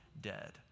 dead